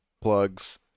plugs